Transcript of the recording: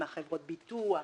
חברות הביטוח,